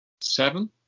seven